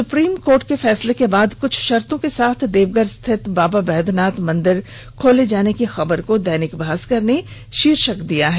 supreme Court के फैसले के बाद कुछ शर्तो के साथ देवघर स्थित बाबा बैधनाथ मंदिर खोलने जाने की खबर को शीर्षक र्देनिक भास्कर ने दिया है